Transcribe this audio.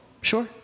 Sure